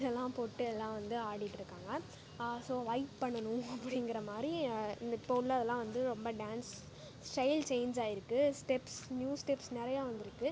இதெல்லாம் போட்டு வந்து எல்லாம் வந்து ஆடிகிட்டு இருக்காங்க ஸோ வைப் பண்ணணும் அப்படிங்கிற மாதிரி இந்த இப்போ உள்ளதெலாம் வந்து ரொம்ப டான்ஸ் ஸ்டைல் சேன்ஜ் ஆயிருக்குது ஸ்டெப்ஸ் நியூ ஸ்டெப்ஸ் நிறைய வந்துருக்குது